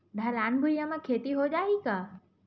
ढलान भुइयां म खेती हो जाही का?